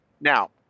Now